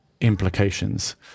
implications